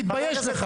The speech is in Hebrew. תתבייש לך.